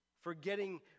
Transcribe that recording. Forgetting